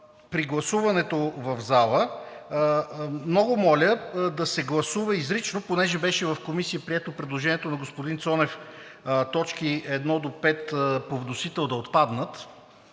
при гласуването в залата. Много моля да се гласува изрично, понеже в Комисията беше прието предложението на господин Цонев точки 1 – 5 по вносител да отпаднат